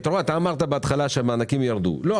אתה אמרת בהתחלה שהמענקים ירדו אבל לא,